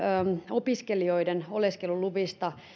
opiskelijoiden oleskeluluvista